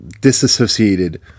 disassociated